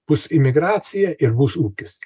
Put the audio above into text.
bus imigracija ir bus ūkis